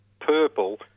purple